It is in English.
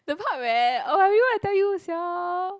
the part where oh I really want to tell you sia